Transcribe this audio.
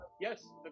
Yes